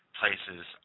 places